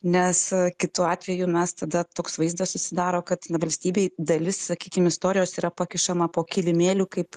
nes kitu atveju mes tada toks vaizdas susidaro kad na valstybei dalis sakykim istorijos yra pakišama po kilimėliu kaip